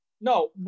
No